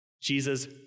Jesus